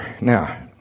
now